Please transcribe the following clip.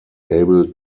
able